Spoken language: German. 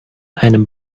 einem